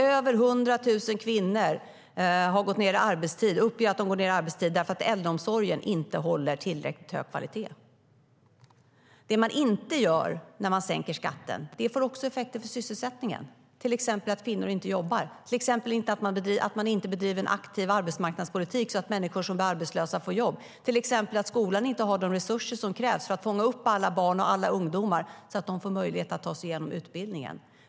Över 100 000 kvinnor uppger att de har gått ned i arbetstid därför att äldreomsorgen inte håller tillräckligt hög kvalitet. Det man inte gör när man sänker skatten får också effekter på sysselsättningen. Det kan till exempel vara att kvinnor inte jobbar, att man inte bedriver en aktiv arbetsmarknadspolitik så att människor som blir arbetslösa får jobb och att skolan inte har de resurser som krävs för att fånga upp alla barn och ungdomar så att de får möjlighet att ta sig igenom utbildningen.